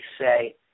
say